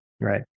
Right